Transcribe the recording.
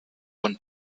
von